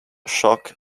shock